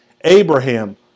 Abraham